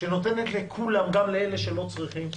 שנותנת לכולם, גם לאלה שלא צריכים,